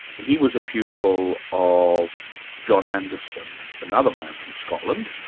he was a pupil of john anderson, another man from scotland,